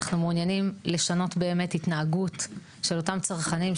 אנחנו מעוניינים לשנות באמת התנהגות של אותם צרכנים,